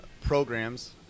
programs